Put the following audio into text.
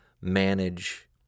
manage